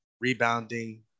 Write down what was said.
rebounding